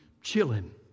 chilling